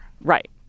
Right